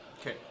Okay